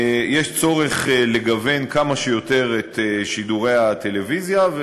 יש צורך לגוון כמה שיותר את שידורי הטלוויזיה.